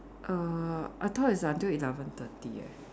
err I thought it's until eleven thirty eh